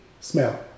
smell